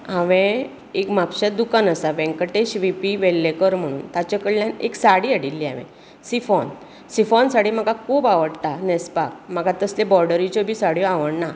हांवें एक म्हापश्या दुकान आसा व्यंकटेश वी पी वेर्लेकर म्हणून ताचे कडल्यान एक साडी हाडिल्ली हांवें सिफॉन सिफॉन साडी म्हाका खूब आवडटा न्हेसपाक म्हाका तसल्यो बोर्डरीच्यो बी साड्यो आवडना